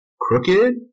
crooked